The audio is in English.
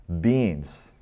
beings